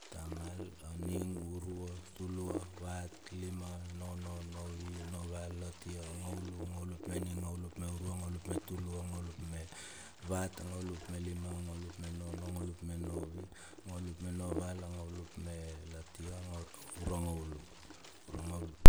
Ta mal aning, urua, tulua, vat, lima, nono, novi, noval, latia, ngaulu, ngaulu mening, nganglu meurua, nganglu metulupa. ngaulu mevat, nguluapmelima ngaulu apmenono, ngauluapmenovi, ngaulu apmenoval, nganglu apmelatia, urangaulu.